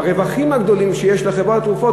הרווחים הגדולים שיש לחברות התרופות.